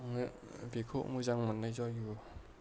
आङो बेखौ मोजां मोननाय जायो